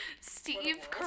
Steve